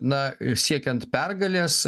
na siekiant pergalės